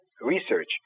research